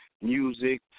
music